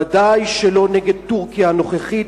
ודאי שלא נגד טורקיה הנוכחית,